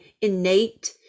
innate